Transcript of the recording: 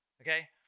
Okay